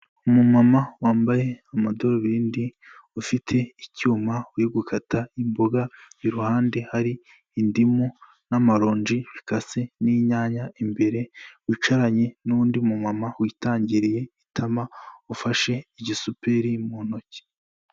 Umumama wambaye amadarubindi, ufite icyuma uri gukata imboga, iruhande hari indimu n'amaronji akase n'inyanya imbere, wicaranye n'undi mumama witangiriye itama ufashe igisuperi mu ntoki.